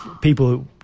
People